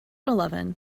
eleven